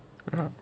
hmm